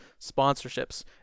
sponsorships